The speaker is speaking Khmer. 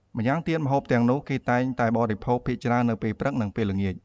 ម្យ៉ាងទៀតម្ហូបទាំងនោះ គេតែងតែបរិភោគភាគច្រើននៅពេលព្រឹក នឹងពេលល្ងាច។